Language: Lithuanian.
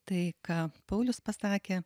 tai ką paulius pasakė